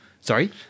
Sorry